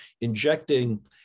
injecting